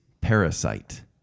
Parasite